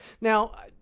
Now